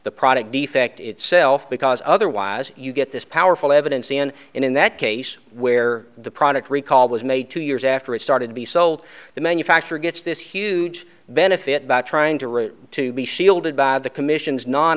the product defect itself because otherwise you get this powerful evidence and in that case where the product recall was made two years after it started to be sold the manufacturer gets this huge benefit by trying to raise to be shielded by the commission's non